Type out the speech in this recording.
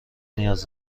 نیاز